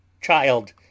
Child